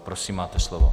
Prosím, máte slovo.